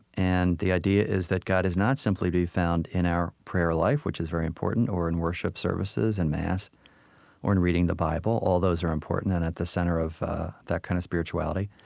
and the idea is that god is not simply to be found in our prayer life, which is very important, or in worship services and mass or in reading the bible. all those are important and at the center of that kind of spirituality.